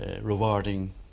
rewarding